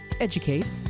educate